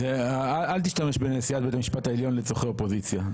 אל תשתמש בנשיאת בית המשפט העליון לצרכי אופוזיציה,